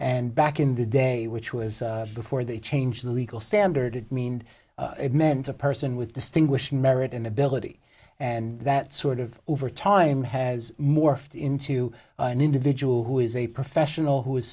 and back in the day which was before they changed the legal standard mean it meant a person with distinguishing merit and ability and that sort of over time has morphed into an individual who is a professional who is